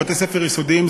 בבתי-ספר יסודיים,